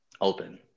open